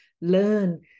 learn